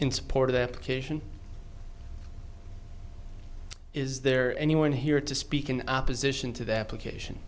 in support of the application is there anyone here to speak in opposition to the application